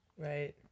Right